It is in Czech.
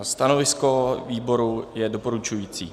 Stanovisko výboru je doporučující.